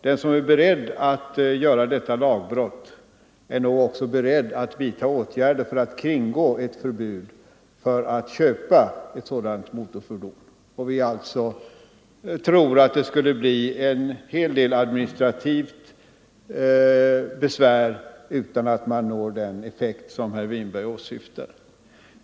Den som är beredd att begå detta lagbrott är nog också beredd att vidta åtgärder för att kringgå ett förbud för att köpa ett motorfordon. Vi tror att ett bifall till yrkandet skulle medföra en hel del administrativt besvär utan att man når den effekt som herr Winberg åsyftar.